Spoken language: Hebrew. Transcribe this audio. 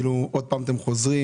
כלומר, עוד פעם אתם חוזרים?